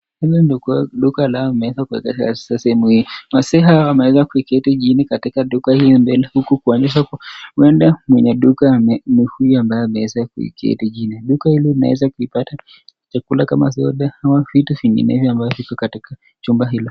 Hili duka lao wameweza kuweka duka la simu hii. Wazee hawa wameweza kuketi chini katika huku wakionyesha kuwa mwenye duka ni huyu ambaye ameketi chini. Duka hili unawezakupata chakula kama vile soda na vitu vinginevyo ambavyo viko katika jumba hilo.